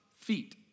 feet